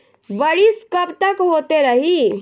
बरिस कबतक होते रही?